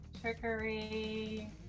Trickery